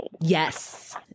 Yes